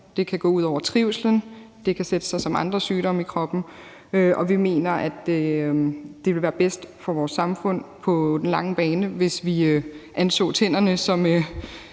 det kan gå ud over trivslen, og at det kan sætte sig som andre sygdomme i kroppen, og vi mener, at det ville være bedst for vores samfund på den lange bane, hvis vi anså tænderne som